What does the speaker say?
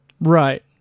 Right